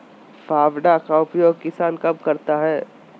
फावड़ा का उपयोग किसान कब करता है?